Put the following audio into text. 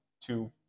two